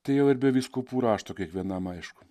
tai jau ir be vyskupų rašto kiekvienam aišku